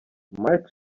might